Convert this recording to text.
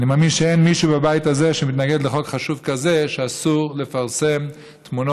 אני מאמין שאין מישהו בבית הזה שמתנגד לחוק חשוב כזה שאסור לפרסם תמונות